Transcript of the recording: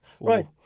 Right